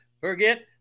forget